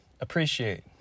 appreciate